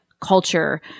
culture